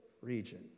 region